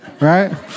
right